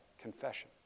confession